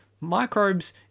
microbes